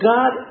God